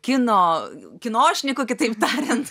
kino kinošnikų kitaip tariant